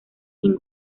sin